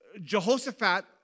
Jehoshaphat